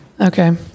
okay